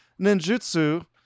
ninjutsu